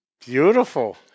Beautiful